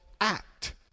act